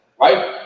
right